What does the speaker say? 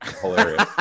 hilarious